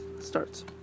starts